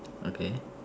okay